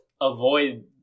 avoid